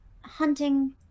hunting